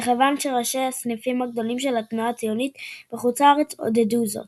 וכיוון שראשי הסניפים הגדולים של התנועה הציונית בחוץ־לארץ עודדו זאת.